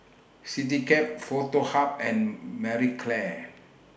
Citycab Foto Hub and Marie Claire